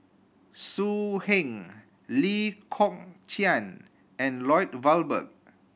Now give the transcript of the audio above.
So Heng Lee Kong Chian and Lloyd Valberg